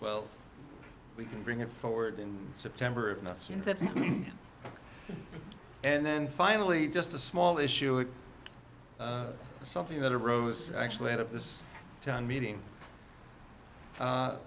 well we can bring it forward in september if not seems that and then finally just a small issue is something that arose actually out of this town meeting